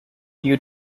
due